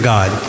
God